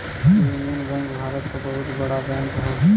union bank Bharat क बहुते बड़ा बैंक हौ